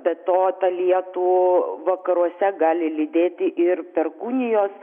be to tą lietų vakaruose gali lydėti ir perkūnijos